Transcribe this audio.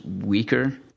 weaker